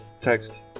text